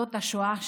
זאת השואה שלנו.